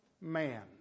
man